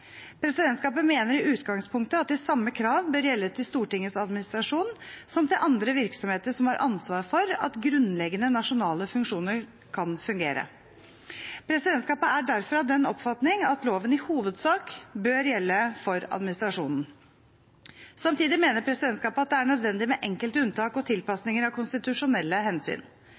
Presidentskapet mener i utgangspunktet at de samme krav bør gjelde til Stortingets administrasjon som til andre virksomheter som har ansvar for at grunnleggende nasjonale funksjoner kan fungere. Presidentskapet er derfor av den oppfatning at loven i hovedsak bør gjelde for administrasjonen. Samtidig mener presidentskapet at det er nødvendig med enkelte unntak og tilpasninger av konstitusjonelle hensyn.